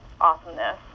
awesomeness